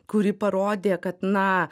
kuri parodė kad na